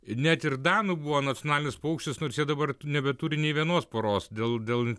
net ir danų buvo nacionalinis paukštis nors jie dabar nebeturi nė vienos poros dėl dėl